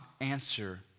answer